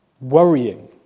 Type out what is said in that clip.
worrying